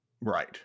Right